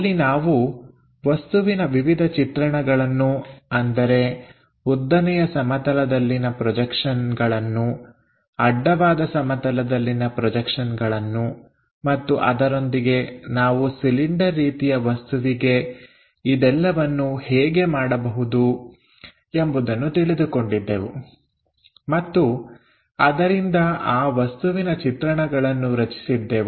ಅಲ್ಲಿ ನಾವು ವಸ್ತುವಿನ ವಿವಿಧ ಚಿತ್ರಣಗಳನ್ನು ಅಂದರೆ ಉದ್ದನೆಯ ಸಮತಲದಲ್ಲಿನ ಪ್ರೊಜೆಕ್ಷನ್ಗಳನ್ನುಅಡ್ಡವಾದ ಸಮತಲದಲ್ಲಿನ ಪ್ರೊಜೆಕ್ಷನ್ಗಳನ್ನು ಮತ್ತು ಅದರೊಂದಿಗೆ ನಾವು ಸಿಲಿಂಡರ್ ರೀತಿಯ ವಸ್ತುವಿಗೆ ಇದೆಲ್ಲವನ್ನು ಹೇಗೆ ಮಾಡಬಹುದು ಎಂಬುದನ್ನು ತಿಳಿದುಕೊಂಡಿದ್ದೆವು ಮತ್ತು ಅದರಿಂದ ಆ ವಸ್ತುವಿನ ಚಿತ್ರಣಗಳನ್ನು ರಚಿಸಿದ್ದೆವು